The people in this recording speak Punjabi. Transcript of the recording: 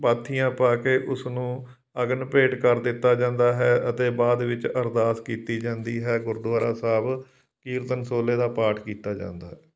ਪਾਥੀਆਂ ਪਾ ਕੇ ਉਸਨੂੰ ਅਗਨ ਭੇਂਟ ਕਰ ਦਿੱਤਾ ਜਾਂਦਾ ਹੈ ਅਤੇ ਬਾਅਦ ਵਿੱਚ ਅਰਦਾਸ ਕੀਤੀ ਜਾਂਦੀ ਹੈ ਗੁਰਦੁਆਰਾ ਸਾਹਿਬ ਕੀਰਤਨ ਸੋਹਲੇ ਦਾ ਪਾਠ ਕੀਤਾ ਜਾਂਦਾ